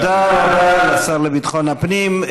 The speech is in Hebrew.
תודה רבה לשר לביטחון פנים.